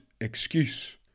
excuse